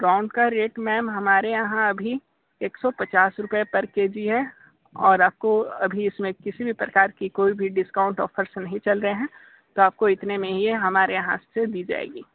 prawn का rate ma'am हमारे यहाँ अभी एक सौ पचास रुपये पर के जी है और आपको अभी इसमें किसी भी प्रकार की कोई भी डिस्काउंट ऑफर्स नहीं चल रहे हैं तो आपको इतने में ही हमारे यहाँ से दी जाएगी